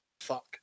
Fuck